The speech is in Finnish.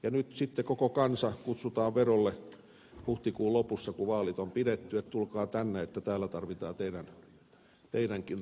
nyt sitten koko kansa kutsutaan verolle huhtikuun lopussa kun vaalit on pidetty että tulkaa tänne täällä tarvitaan teidänkin rahojanne